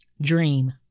Dream